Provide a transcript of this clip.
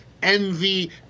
envy